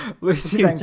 Lucy